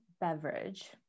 beverage